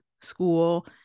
school